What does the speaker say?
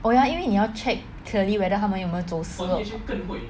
oh ya 因为你要 check clearly whether 他们有没有走私